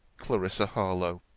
clarissa harlowe.